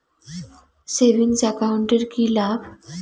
Savings account এর কি লাভ?